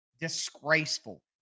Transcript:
disgraceful